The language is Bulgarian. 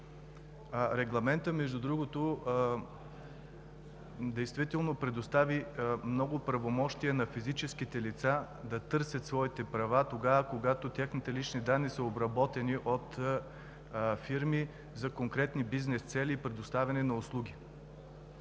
Регламентът, между другото, действително предостави много правомощия на физическите лица да търсят своите права тогава, когато техните лични данни са обработени от фирми за конкретни бизнес цели и предоставяне на услуги.